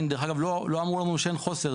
דרך אגב, עדיין לא אמרו לנו שאין חוסר.